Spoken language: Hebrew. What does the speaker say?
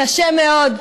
קשה מאוד.